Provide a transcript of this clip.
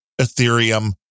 Ethereum